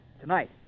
Tonight